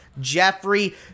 Jeffrey